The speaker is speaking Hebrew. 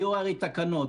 היו הרי תקנות,